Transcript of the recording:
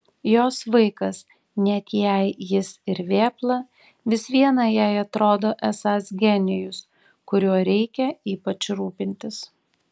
jos vaikas net jei jis ir vėpla vis viena jai atrodo esąs genijus kuriuo reikia ypač rūpintis